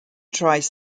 tries